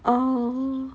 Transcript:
oh